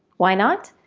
why not?